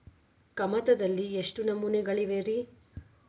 ಕಮತದಲ್ಲಿ ಎಷ್ಟು ನಮೂನೆಗಳಿವೆ ರಿ?